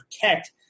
protect